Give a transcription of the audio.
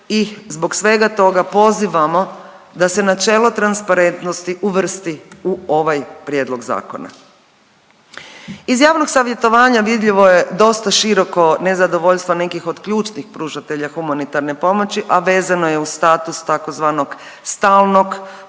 i zbog svega toga pozivamo da se načelo transparentnosti uvrsti u ovaj prijedlog zakona. Iz javnog savjetovanja vidljivo je dosta široko nezadovoljstvo nekih od ključnih pružatelja humanitarne pomoći, a vezano je uz status tzv. stalnog prikupljača